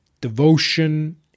Devotion